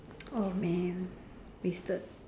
oh man wasted